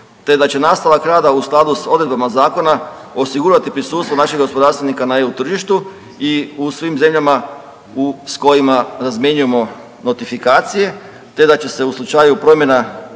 te da će nastavak rada u skladu s odredbama zakona osigurati prisustvo naših gospodarstvenika na EU tržištu i u svim zemljama u, s kojima razmjenjujemo notifikacije te da će se u slučaju promjena